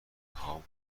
هام